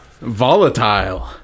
Volatile